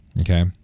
okay